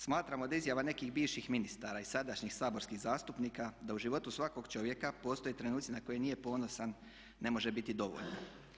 Smatramo da izjava nekih bivših ministara i sadašnjih saborskih zastupnika da u životu svakog čovjeka postoje trenuci na koje nije ponosan ne može biti dovoljno.